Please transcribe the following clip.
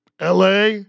LA